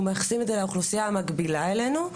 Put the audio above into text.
מתייחסים לאוכלוסייה המקבילה אלינו,